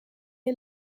est